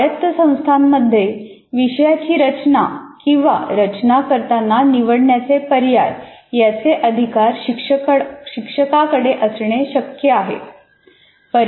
स्वायत्त संस्थांमध्ये विषयाची रचना किंवा रचना करताना निवडण्याचे पर्याय याचे अधिकार शिक्षकाकडे असणे शक्य आहे